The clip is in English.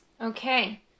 Okay